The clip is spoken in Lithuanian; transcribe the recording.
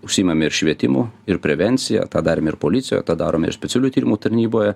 užsiimame ir švietimu ir prevencija tą darėme ir policijoj tą darome ir specialiųjų tyrimų tarnyboje